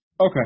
Okay